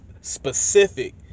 specific